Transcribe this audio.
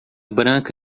branca